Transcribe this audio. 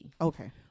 okay